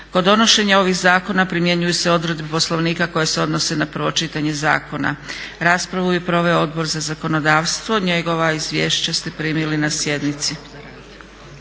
Kod donošenja ovih zakona primjenjuju se odredbe Poslovnika koje se odnose na prvo čitanje zakona. Raspravu je proveo Odbor za zakonodavstvo. Njegova izvješća ste primili na sjednici.